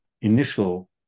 initial